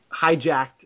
hijacked